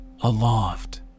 Aloft